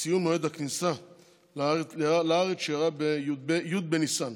ולציון מועד הכניסה לארץ ישראל, שאירע בי' בניסן,